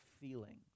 feeling